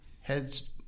heads